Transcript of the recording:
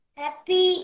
happy